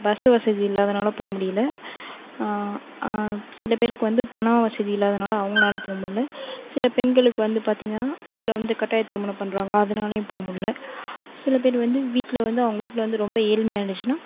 bus வசதி இல்லாததுனால போக முடியல சில பேருக்கு வந்து பணம் வசதி இல்லாததுனால அவங்களால் போக முடில சில பெண்களுக்கு வந்து பார்த்தீங்கன்னா வீட்டில் வந்து கட்டாயத் திருமணம் பண்ணுறாங்க அதனாலயும் போக முடில சில பேர் வந்து வீட்டில் வந்து அவங்க வீட்டில் வந்து ரொம்ப ஏழ்மையாக இருந்துச்சுனா